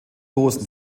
dosen